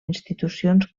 institucions